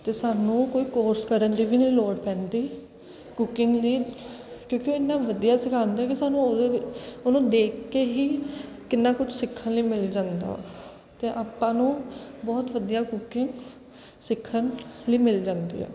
ਅਤੇ ਸਾਨੂੰ ਉਹ ਕੋਈ ਕੋਰਸ ਕਰਨ ਦੀ ਵੀ ਨਹੀਂ ਲੋੜ ਪੈਂਦੀ ਕੁਕਿੰਗ ਲਈ ਕਿਉਂਕਿ ਉਹ ਇੰਨਾ ਵਧੀਆ ਸਿਖਾਉਂਦੇ ਕਿ ਸਾਨੂੰ ਉਹਨੂੰ ਦੇਖ ਕੇ ਹੀ ਕਿੰਨਾ ਕੁਛ ਸਿੱਖਣ ਲਈ ਮਿਲ ਜਾਂਦਾ ਵਾ ਅਤੇ ਆਪਾਂ ਨੂੰ ਬਹੁਤ ਵਧੀਆ ਕੁਕਿੰਗ ਸਿੱਖਣ ਲਈ ਮਿਲ ਜਾਂਦੀ ਹੈ